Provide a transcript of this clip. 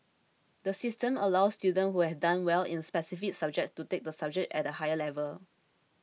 the system allows students who have done well in specific subjects to take the subject at a higher level